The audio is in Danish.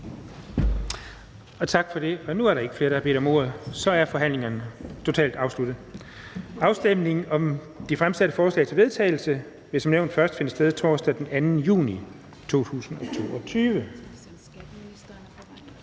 Tak for det. Nu er der ikke flere, der har bedt om ordet. Så er forhandlingen totalt afsluttet. Afstemningen om de fremsatte forslag til vedtagelse vil som nævnt først finde sted torsdag den 2. juni 2022.